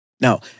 Now